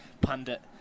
pundit